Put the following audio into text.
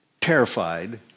terrified